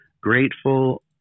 grateful